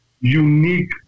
unique